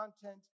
content